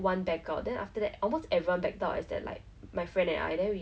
then is then err the trips were already booked in fact